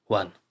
one